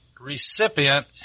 recipient